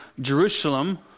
Jerusalem